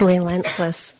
Relentless